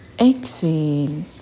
Exhale